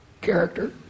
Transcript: character